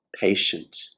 patient